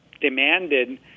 demanded